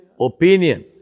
opinion